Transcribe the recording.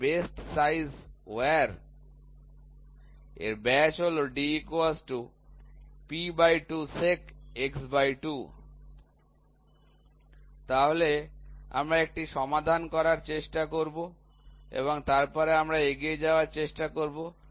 তাহলে best size wire এর ব্যাস হল তাহলে আমরা একটি সমস্যা করার চেষ্টা করব এবং তারপরে আমরা এগিয়ে যাওয়ার চেষ্টা করব